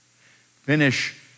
Finish